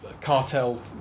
cartel